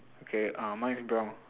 okay uh mine's brown